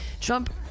Trump